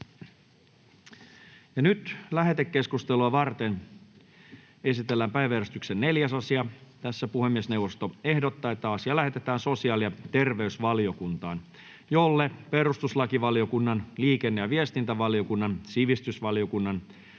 Lähetekeskustelua varten esitellään päiväjärjestyksen 4. asia. Puhemiesneuvosto ehdottaa, että asia lähetetään sosiaali- ja terveysvaliokuntaan, jolle perustuslakivaliokunnan, liikenne- ja viestintävaliokunnan, sivistysvaliokunnan